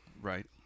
Right